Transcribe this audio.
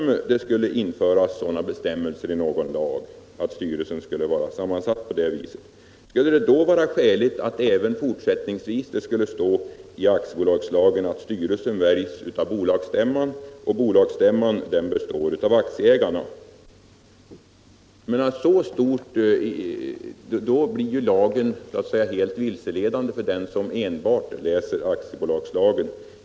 Om bestämmelser skulle införas i någon lag om att bolagsstyrelserna skall vara sammansatta på det sättet, skulle det då vara skäligt att det även fortsättningsvis i aktiebolagslagen skulle stå, att styrelsen väljs av bolagsstämman, som består av aktieägarna? Då blir ju skrivningen helt vilseledande för den som enbart läser aktiebolagslagen.